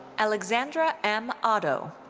alexandra m. otto.